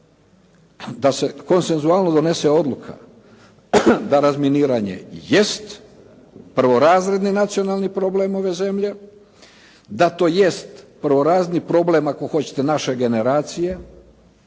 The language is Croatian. da se konsenzualno donese odluka da razminiranje jest prvorazredni nacionalni problem ove zemlje, da to jest prvorazredni problem ako hoćete naše generacije.